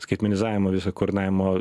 skaitmenizavimo visa kordinavimo